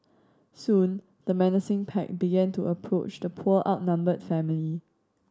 soon the menacing pack began to approach the poor outnumbered family